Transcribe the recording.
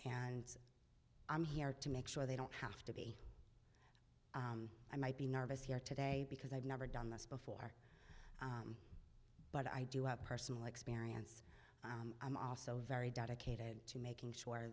and i'm here to make sure they don't have to be i might be nervous here today because i've never done this before but i do have personal experience i'm also very dedicated to making sure